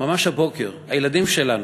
ממש הבוקר הילדים שלנו,